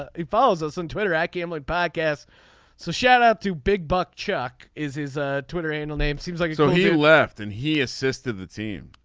ah he follows us on twitter. i can look back s so shout out to big buck chuck is his ah twitter handle named seems like so he left and he assisted the team.